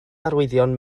arwyddion